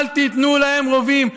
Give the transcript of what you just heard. אל תיתנו להם רובים.